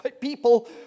people